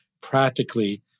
practically